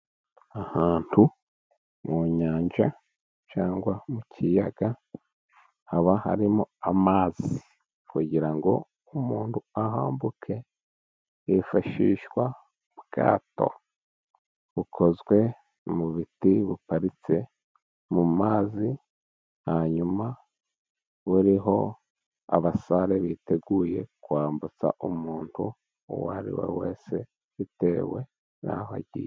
Ahantu mu nyanja cyangwa mu kiyaga haba harimo amazi kugira ngo umuntu ahambuke hifashishwa ubwato bukozwe mu biti, buparitse mu mazi hanyuma buriho abasare biteguye kwambutsa umuntu uwo ari we wese bitewe n'aho agiye.